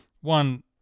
One